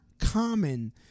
common